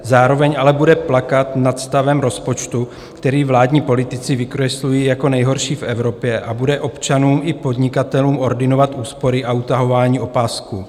Zároveň ale bude plakat nad stavem rozpočtu, který vládní politici vykreslují jako nejhorší v Evropě, a bude občanům i podnikatelům ordinovat úspory a utahování opasků.